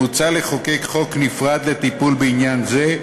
מוצע לחוקק חוק נפרד לטיפול בעניין זה,